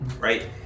right